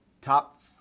top